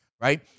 right